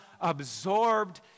absorbed